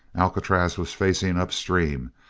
alcatraz was facing up stream,